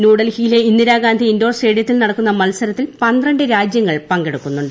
ന്യൂഡെൽഹിയിലെ Indira Gandhi indoor സ്റ്റേഡിയത്തിൽ നടക്കുന്ന മത്സരത്തിൽ പന്ത്രണ്ട് രാജൃങ്ങൾ പങ്കെടുക്കുന്നുണ്ട്